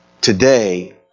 today